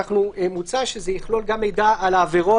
מוצע שזה יכלול גם מידע על העבירות